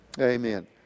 Amen